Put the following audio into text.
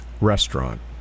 restaurant